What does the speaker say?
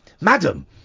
madam